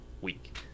week